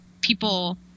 People